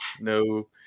no